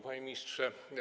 Panie Ministrze!